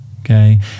okay